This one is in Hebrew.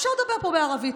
אפשר לדבר פה בערבית,